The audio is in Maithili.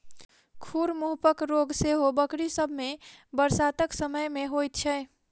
खुर मुँहपक रोग सेहो बकरी सभ मे बरसातक समय मे होइत छै